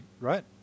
right